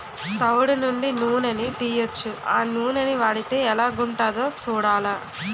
తవుడు నుండి నూనని తీయొచ్చు ఆ నూనని వాడితే ఎలాగుంటదో సూడాల